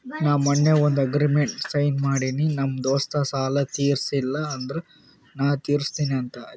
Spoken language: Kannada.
ನಾ ಮೊನ್ನೆ ಒಂದ್ ಅಗ್ರಿಮೆಂಟ್ಗ್ ಸೈನ್ ಮಾಡಿನಿ ನಮ್ ದೋಸ್ತ ಸಾಲಾ ತೀರ್ಸಿಲ್ಲ ಅಂದುರ್ ನಾ ತಿರುಸ್ತಿನಿ ಅಂತ್